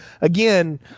again